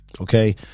Okay